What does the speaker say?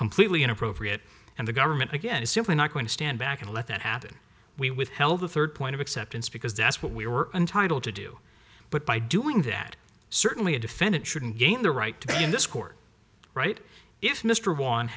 completely inappropriate and the government again is simply not going to stand back and let that happen we withheld the third point of acceptance because that's what we were entitled to do but by doing that certainly a defendant shouldn't gain the right to be in this court right if mr